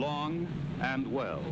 long and well